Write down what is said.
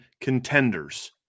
contenders